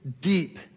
deep